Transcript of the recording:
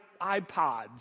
iPods